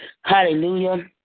Hallelujah